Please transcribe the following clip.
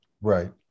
Right